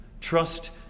Trust